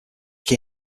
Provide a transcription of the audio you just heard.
key